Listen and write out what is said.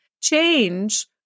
change